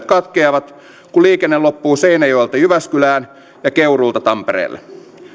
katkeavat kun liikenne loppuu seinäjoelta jyväskylään ja keuruulta tampereelle